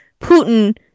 Putin